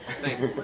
Thanks